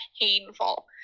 painful